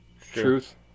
Truth